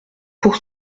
pour